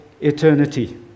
eternity